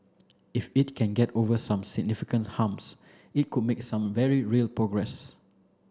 if it can get over some significant humps it could make some very real progress